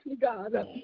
god